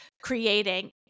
creating